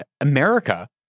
America